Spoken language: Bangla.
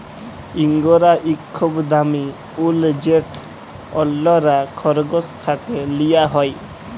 ইঙ্গরা ইক খুব দামি উল যেট অল্যরা খরগোশ থ্যাকে লিয়া হ্যয়